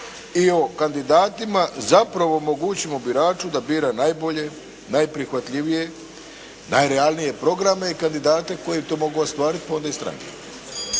i o kandidatima zapravo omogućimo biraču da bira najbolje, najprihvatljivije, najrealnije programe i kandidate koji to mogu ostvariti pa onda i stranke.